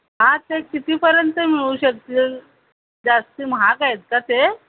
आ ते कितीपर्यंत मिळू शकतील जास्ती महाग आहेत का ते